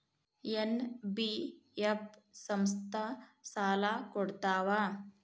NBF ಸಂಸ್ಥಾ ಸಾಲಾ ಕೊಡ್ತಾವಾ?